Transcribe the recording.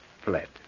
fled